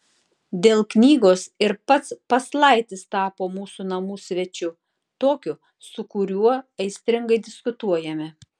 dėl knygos ir pats paslaitis tapo mūsų namų svečiu tokiu su kuriuo aistringai diskutuojame